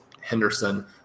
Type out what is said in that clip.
Henderson